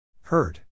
Hurt